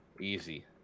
Easy